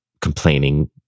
complaining